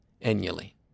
annually